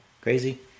crazy